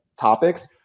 topics